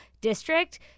district